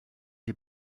die